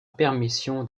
permission